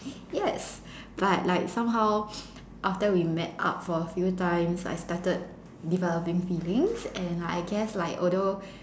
yes but like somehow after we met up for a few times I started developing feelings and I guess like although